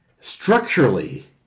Structurally